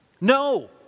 No